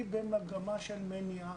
הם במגמה של מניעה.